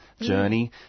journey